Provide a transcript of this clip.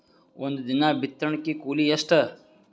ಒಂದಿನದ ಬಿತ್ತಣಕಿ ಕೂಲಿ ಎಷ್ಟ?